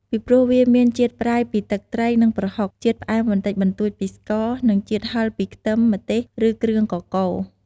ពីព្រោះវាមានជាតិប្រៃពីទឹកត្រី និងប្រហុក ជាតិផ្អែមបន្តិចបន្តួចពីស្ករ និងជាតិហឹរពីខ្ទឹម ម្ទេស ឬគ្រឿងកកូរ។